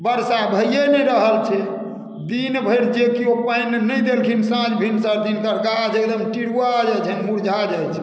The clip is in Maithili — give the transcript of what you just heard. वर्षा भैए नहि रहल छै दिन भरि जे कियो पानि नहि देलखिन साँझ भिनसर तिनकर गाछ एकदम टिरुआ जाइत छनि मुरझा जाइत छनि